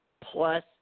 Plus